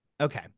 okay